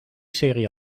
serie